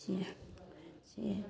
जे से